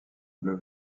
bleu